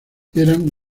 eran